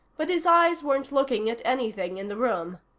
but his eyes weren't looking at anything in the room.